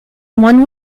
one